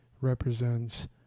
represents